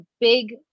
big